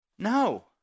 No